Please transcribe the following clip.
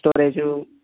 storage